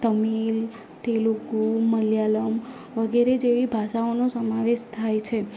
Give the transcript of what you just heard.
તમિલ તેલુગુ મલયાલમ વગેરે જેવી ભાષાઓનો સમાવેશ થાય છે